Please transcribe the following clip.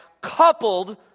coupled